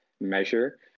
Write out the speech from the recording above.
measure